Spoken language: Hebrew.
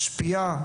משפיעה,